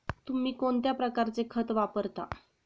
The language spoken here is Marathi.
तुम्ही कोणत्या प्रकारचे खत वापरता?